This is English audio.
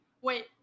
Wait